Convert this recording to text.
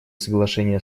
соглашения